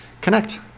Connect